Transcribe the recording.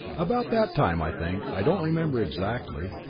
about that time, i think. i don't remember exactly.